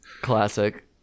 Classic